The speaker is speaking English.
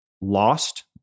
lost